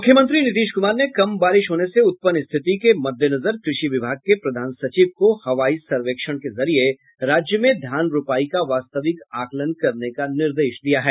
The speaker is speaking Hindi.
मुख्यमंत्री नीतीश कुमार ने कम बारिश होने से उत्पन्न स्थिति के मद्देनजर कृषि विभाग के प्रधान सचिव को हवाई सर्वेक्षण के जरिये राज्य में धान रोपाई का वास्तविक आंकलन करने का निर्देश दिया है